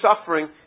suffering